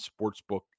sportsbook